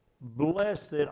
blessed